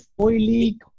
Oily